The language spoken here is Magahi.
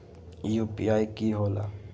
यू.पी.आई कि होला?